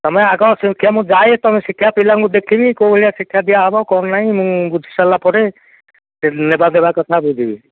ତୁମେ ଆଗ ଶିକ୍ଷା ମୁଁ ଯାଏ ତୁମେ ଶିକ୍ଷା ପିଲାଙ୍କୁ ଦେଖିବି କେଉଁ ଭଳିଆ ଶିକ୍ଷା ଦିଆହବ କ'ଣ ନାହିଁ ମୁଁ ବୁଝି ସାରିଲା ପରେ ସେ ନେବା ଦେବା କଥା ବୁଝିବି